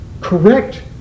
correct